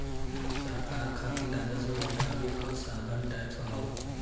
सरकार खातिर राजस्व जुटावे क साधन टैक्स हौ